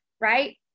right